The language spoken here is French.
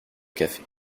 café